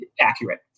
accurate